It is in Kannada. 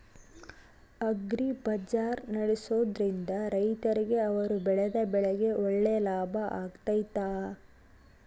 ಅಗ್ರಿ ಬಜಾರ್ ನಡೆಸ್ದೊರಿಂದ ರೈತರಿಗೆ ಅವರು ಬೆಳೆದ ಬೆಳೆಗೆ ಒಳ್ಳೆ ಲಾಭ ಆಗ್ತೈತಾ?